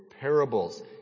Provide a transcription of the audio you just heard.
parables